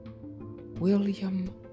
William